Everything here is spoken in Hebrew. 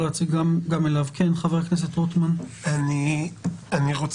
אני יודע